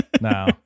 no